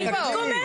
אני רק אומרת.